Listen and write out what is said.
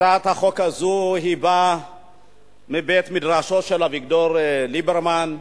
הצעת החוק הזאת באה מבית-מדרשו של אביגדור ליברמן,